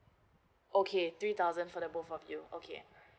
okay three thousand for the both of you okay